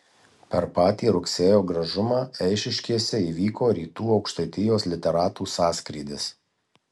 per patį rugsėjo gražumą eišiškėse įvyko rytų aukštaitijos literatų sąskrydis